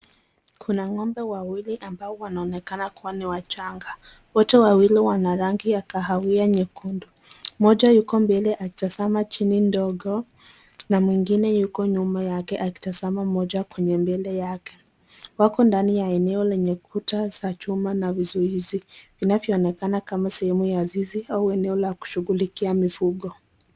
Kuna ng'ombe wawili ambao wanaonekana kuwa ni wachanga. Wote wawili wana rangi ya kahawia nyekundu. Mmoja yuko mbele akitazama chini ndogo. Na mwingine yuko nyuma yake akitazama moja kwenye mbele yake. Wako ndani ya eneo lenye kuta za chuma na vizuizi vinavyoonekana kama sehemu ya zizi au eneo la kushughulikia mifugo.